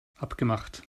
abgemacht